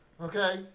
Okay